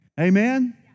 Amen